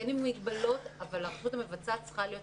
כן עם מגבלות אבל הרשות המבצעת צריכה להיות